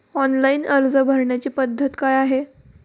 Online अर्ज भरण्याची पद्धत काय आहे?